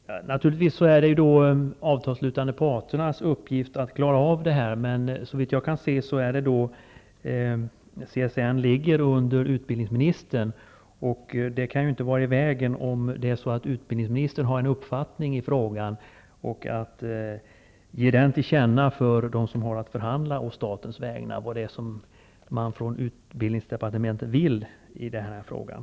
Herr talman! Naturligtvis är det de avtalsslutande parternas uppgift att klara av dessa saker. Såvitt jag förstår ligger CSN under utbildningsministern. Det kan ju inte vara i vägen om utbildningsministern har en uppfattning i frågan och att denna ges dem till känna som har att förhandla å statens vägnar -- dvs. det handlar om vad utbildningsdepartementet vill i den här frågan.